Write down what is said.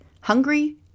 Hungry